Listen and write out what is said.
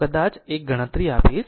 હું કદાચ એક ગણતરી આપીશ